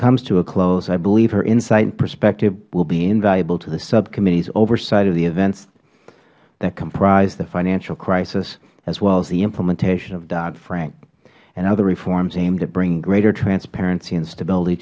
comes to a close i believe her insight and perspective will be invaluable to the subcommittees oversight of the events that comprised the financial crisis as well as the implementation of dodd frank and other reforms aimed at bringing greater transparency and stability